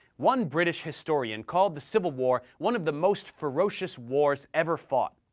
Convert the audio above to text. one british historian called the civil war one of the most ferocious wars ever fought.